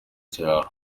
cyaro